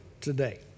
today